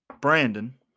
Brandon